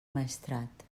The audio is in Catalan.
maestrat